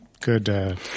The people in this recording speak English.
good